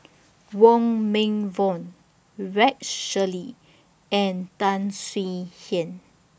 Wong Meng Voon Rex Shelley and Tan Swie Hian